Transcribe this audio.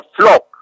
flock